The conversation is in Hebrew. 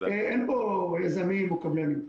אין פה יזמים או קבלנים.